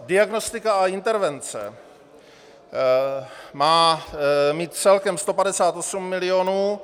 Diagnostika a intervence má mít celkem 158 milionů.